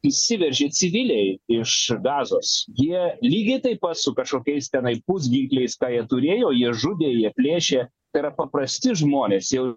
įsiveržė civiliai iš gazos jie lygiai taip pat su kažkokiais tenai pusginkliais ką jie turėjo jie žudė jie plėšė tai yra paprasti žmonės jau